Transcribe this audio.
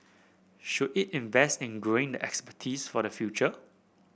should it invest in growing the expertise for the future